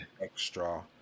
extra